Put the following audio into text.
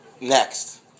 next